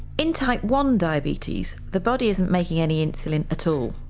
in type one diabetes the body isn't making any insulin at all.